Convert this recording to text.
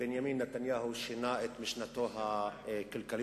שבנימין נתניהו שינה את משנתו הכלכלית-החברתית.